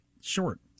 short